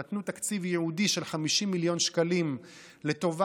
נתנו תקציב ייעודי של 50 מיליון שקלים לטובת